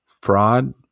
fraud